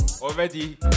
already